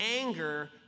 anger